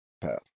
path